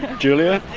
julia?